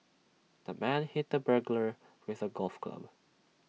the man hit the burglar with A golf club